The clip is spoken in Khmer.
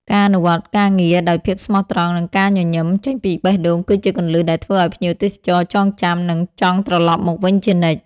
ការអនុវត្តការងារដោយភាពស្មោះត្រង់ និងការញញឹមចេញពីបេះដូង គឺជាគន្លឹះដែលធ្វើឱ្យភ្ញៀវទេសចរចងចាំ និងចង់ត្រឡប់មកវិញជានិច្ច។